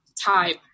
type